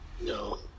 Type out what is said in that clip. No